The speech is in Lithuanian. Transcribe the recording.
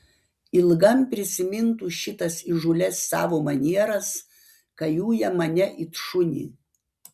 ilgam prisimintų šitas įžūlias savo manieras kai uja mane it šunį